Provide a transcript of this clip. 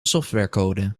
softwarecode